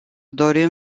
dorim